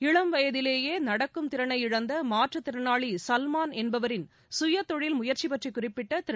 இளம் வயதிலேயே நடக்கும் திறளை இழந்த மாற்றுத்திறளாளி சல்மான் என்பவரின் சுயதொழில் முயற்சி பற்றி குறிப்பிட்ட திரு